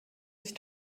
sich